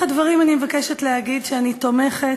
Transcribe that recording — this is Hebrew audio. בפתח הדברים אני מבקשת להגיד שאני תומכת